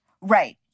Right